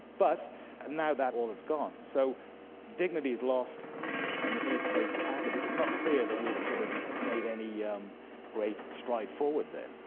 but now that all is gone. so dignity is lost and in its place is happiness. it's not clear that we've sort of made any yeah um great stride forward there.